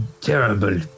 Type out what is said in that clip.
terrible